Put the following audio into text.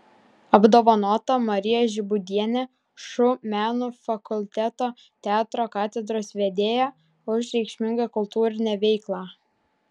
apdovanota marija žibūdienė šu menų fakulteto teatro katedros vedėja už reikšmingą kultūrinę veiklą